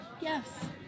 Yes